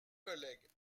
collègues